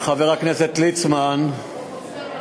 תודה.